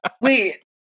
Wait